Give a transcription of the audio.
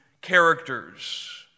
characters